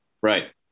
Right